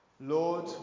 Lord